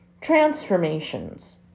transformations